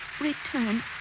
Return